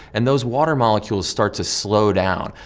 and those water molecules start to slow down,